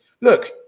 look